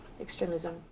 extremism